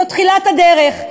זו תחילת הדרך.